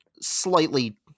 slightly